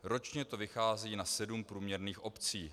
Ročně to vychází na sedm průměrných obcí.